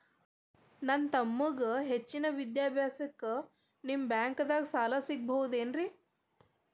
ನನ್ನ ತಮ್ಮಗ ಹೆಚ್ಚಿನ ವಿದ್ಯಾಭ್ಯಾಸಕ್ಕ ನಿಮ್ಮ ಬ್ಯಾಂಕ್ ದಾಗ ಸಾಲ ಸಿಗಬಹುದೇನ್ರಿ?